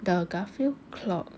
the garfield clock